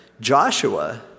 Joshua